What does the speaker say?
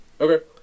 Okay